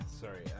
sorry